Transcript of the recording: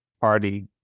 party